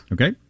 Okay